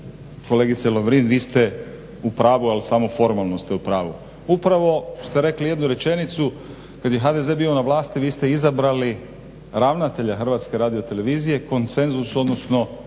kolegice Lovrin, vi ste u pravu. Ali samo formalno ste u pravu. Upravo ste rekli jednu rečenicu kad je HDZ bio na vlasti vi ste izabrali ravnatelja HRT-a konsenzusom odnosno